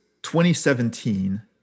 2017